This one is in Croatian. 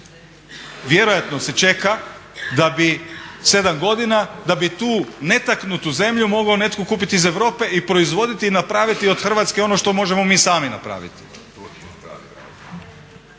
Vjerojatno se čeka da bi, 7 godina da bi tu netaknutu zemlju mogao netko kupiti iz Europe i proizvoditi i napraviti od Hrvatske ono što možemo mi sami napraviti.